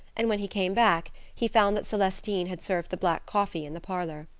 and when he came back he found that celestine had served the black coffee in the parlor.